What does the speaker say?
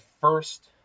first